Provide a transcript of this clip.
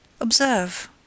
Observe